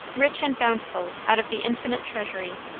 rich and bountiful out of the infinite treasury,